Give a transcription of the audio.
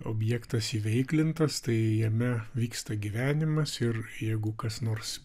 objektas įveiklintas tai jame vyksta gyvenimas ir jeigu kas nors